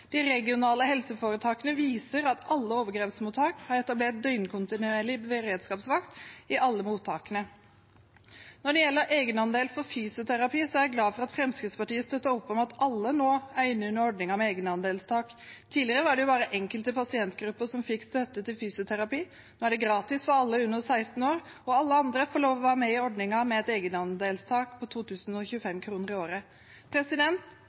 De regionale helseforetakene viser at alle overgrepsmottak har etablert døgnkontinuerlig beredskapsvakt i alle mottakene. Når det gjelder egenandel for fysioterapi, er jeg glad for at Fremskrittspartiet støtter opp om at alle nå er inne under ordningen med egenandelstak. Tidligere var det bare enkelte pasientgrupper som fikk støtte til fysioterapi. Nå er det gratis for alle under 16 år, og alle andre får lov å være med i ordningen med et egenandelstak på 2 025 kr i året.